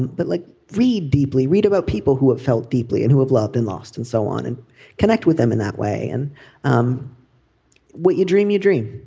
but like read deeply read about people who have felt deeply and who have loved and lost and so on and connect with them in that way. and um what you dream. you dream